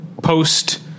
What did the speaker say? post